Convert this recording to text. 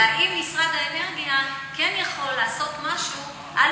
האם משרד האנרגיה כן יכול לעשות משהו על